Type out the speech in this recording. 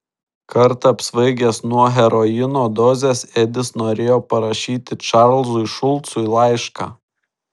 kartą apsvaigęs nuo heroino dozės edis norėjo parašyti čarlzui šulcui laišką